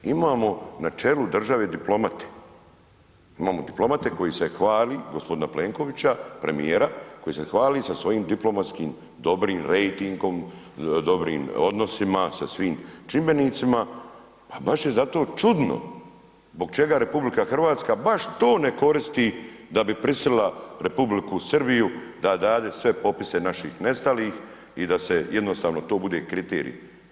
Imamo na čelu države diplomate, imamo diplomata koji se hvali, g. Plenkovića, premijera, koji se hvali sa svojim diplomatskim dobrim rejtingom, dobrim odnosima sa svim čimbenicima, pa baš je zato čudno zbog čega RH baš to ne koristi da bi prisilila Republiku Srbiju da dade sve popise naših nestalih i da jednostavno to bude kriterij.